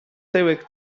tyłek